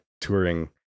touring